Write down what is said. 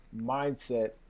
mindset